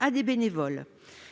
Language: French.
à des bénévoles.